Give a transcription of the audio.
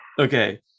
Okay